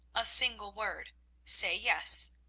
a single word say yes,